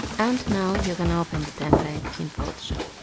and now you can open the template in photoshop.